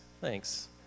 thanks